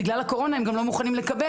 בגלל הקורונה הם גם לא מוכנים לקבל,